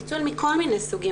ניצול מכל מיני סוגים.